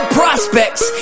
prospects